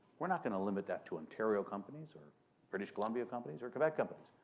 we're not going to limit that to ontario companies or british columbia companies or quebec companies.